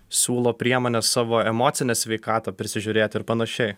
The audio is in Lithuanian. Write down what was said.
siūlo priemones savo emocinę sveikatą prisižiūrėti ir panašiai